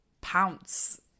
pounce